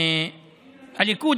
הליכוד,